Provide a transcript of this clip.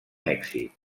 èxit